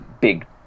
big